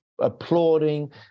applauding